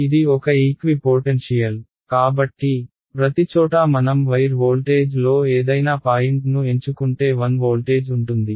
ఇది ఒక equipotential కాబట్టి ప్రతిచోటా మనం వైర్ వోల్టేజ్లో ఏదైనా పాయింట్ను ఎంచుకుంటే 1 వోల్టేజ్ ఉంటుంది